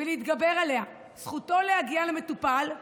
ולהתגבר עליה, זכותו להגיע למטפל.